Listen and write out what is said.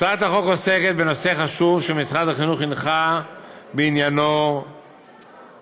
הצעת החוק עוסקת בנושא חשוב שמשרד החינוך הנחה בעניינו בבירור.